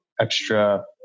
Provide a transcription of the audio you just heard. extra